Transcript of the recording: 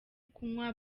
kunywa